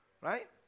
right